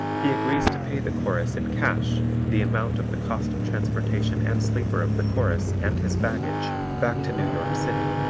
he agrees to pay the chorus in cash the amount of the cost of transportation and sleeper of the chorus and his baggage back to new york city,